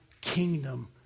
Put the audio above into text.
kingdom